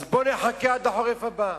בואו נחכה עד החורף הבא.